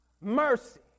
Mercy